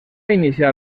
iniciar